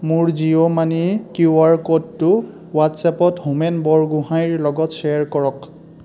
মোৰ Jio money Q R ক'ডটো হোৱাট্ছএপত হোমেন বৰগোহাঞিৰ লগত শ্বেয়াৰ কৰক